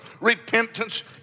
Repentance